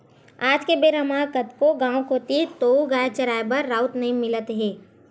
आज के बेरा म कतको गाँव कोती तोउगाय चराए बर राउत नइ मिलत हे